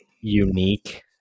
unique